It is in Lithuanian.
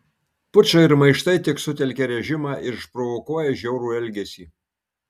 pučai ir maištai tik sutelkia režimą ir išprovokuoja žiaurų elgesį